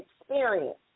experience